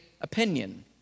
opinion